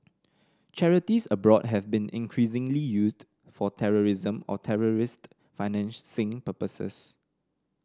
charities abroad have been increasingly used for terrorism or terrorist financing purposes